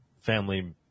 family